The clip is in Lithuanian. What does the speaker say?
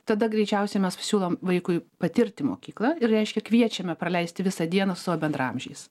tada greičiausiai mes pasiūlom vaikui patirti mokyklą ir reiškia kviečiame praleisti visą dieną su savo bendraamžiais